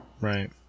Right